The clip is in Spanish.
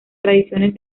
tradiciones